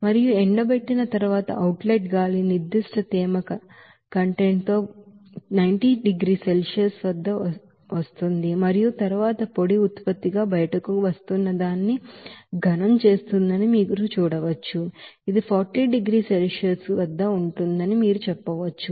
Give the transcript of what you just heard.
మరియు ఎండబెట్టిన తరువాత అవుట్ లెట్ గాలి నిర్ధిష్ట తేమ కంటెంట్ తో 90 డిగ్రీల సెల్సియస్ వద్ద వస్తుందని మరియు తరువాత డ్రై ప్రోడక్ట్ గా బయటకు వస్తున్నదానిని సాలిడ్ చేస్తుందని మీరు చూడవచ్చు ఇది 40 డిగ్రీల సెల్సియస్ వద్ద ఉంటుందని మీరు చెప్పవచ్చు